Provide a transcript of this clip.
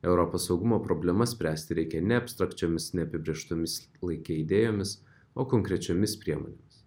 europos saugumo problemas spręsti reikia ne abstrakčiomis neapibrėžtomis laike idėjomis o konkrečiomis priemonėmis